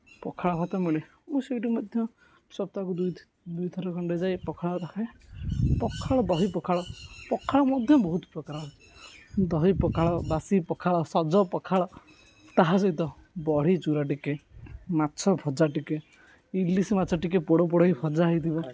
ପଖାଳ ଭାତ ମିଳେ ମୁଁ ସେଇଠି ମଧ୍ୟ ସପ୍ତାହକୁ ଦୁଇ ଦୁଇ ଥର ଖଣ୍ଡେ ଯାଏ ପଖାଳ ଖାଏ ପଖାଳ ଦହି ପଖାଳ ପଖାଳ ମଧ୍ୟ ବହୁତ ପ୍ରକାର ହୁଏ ଦହି ପଖାଳ ବାସି ପଖାଳ ସଜ ପଖାଳ ତାହା ସହିତ ବଢ଼ି ଚୁରା ଟିକିଏ ମାଛ ଭଜା ଟିକିଏ ଇଲିଶି ମାଛ ଟିକିଏ ପୋଡ଼ପୋଡ଼ ହୋଇ ଭଜା ହୋଇଥିବ